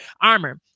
Armor